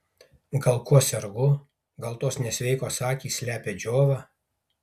gal kuo sergu gal tos nesveikos akys slepia džiovą